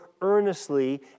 earnestly